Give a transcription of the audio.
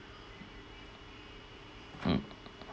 mm